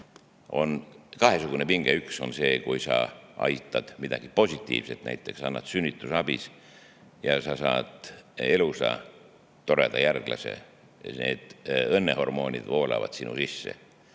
kahesugune. Üks on see, et kui sa teed midagi positiivset, näiteks annad sünnitusabi ja sa saad elusa toreda järglase, siis õnnehormoonid voolavad sinu sisse.